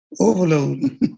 overload